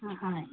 হয় হয়